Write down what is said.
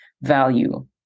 value